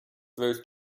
throws